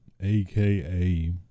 AKA